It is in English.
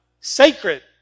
Sacred